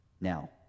Now